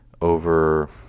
over